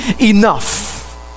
enough